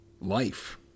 Life